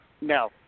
No